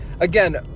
again